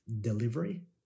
delivery